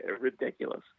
ridiculous